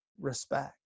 respect